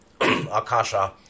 Akasha